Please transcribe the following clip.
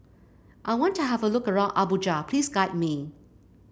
I want to have a look around Abuja please guide me